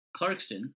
Clarkston